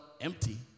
empty